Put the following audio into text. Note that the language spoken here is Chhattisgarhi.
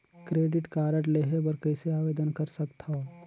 क्रेडिट कारड लेहे बर कइसे आवेदन कर सकथव?